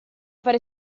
fare